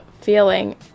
feeling